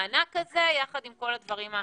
במענק הזה יחד עם כל הדברים האחרים.